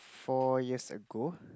four years ago